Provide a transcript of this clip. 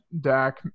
Dak